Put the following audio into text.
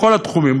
בכל התחומים,